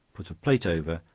put a plate over,